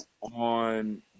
on